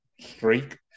streak